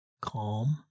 Calm